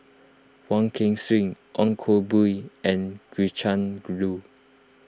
Wong Kan Seng Ong Koh Bee and Gretchen Liu